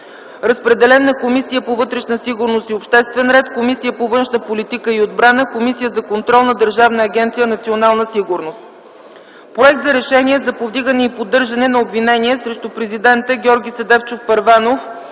Разпределен е на Комисията по вътрешна сигурност и обществен ред, Комисията по външна политика и отбрана, Комисията за контрол на Държавна агенция „Национална сигурност”.